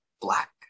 black